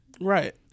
Right